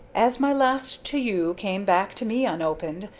as my last to you came back to me unopened,